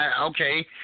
Okay